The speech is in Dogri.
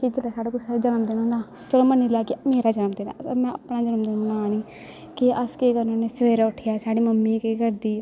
कि जेल्लै साढ़े कुसै दा जन्मदिन होंदा चलो मन्नी लेआ कि मेरा जन्मदिन ऐ में अपना जन्मदिन मनाऽ नी के अस केह् करने होन्ने सवेरे उठियै साढ़ी मम्मी केह् करदी